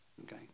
okay